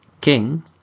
King